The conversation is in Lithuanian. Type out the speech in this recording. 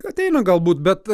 ateina galbūt bet